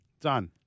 Done